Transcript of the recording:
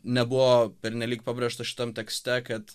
nebuvo pernelyg pabrėžta šitam tekste kad